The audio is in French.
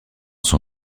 son